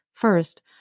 First